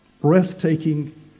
breathtaking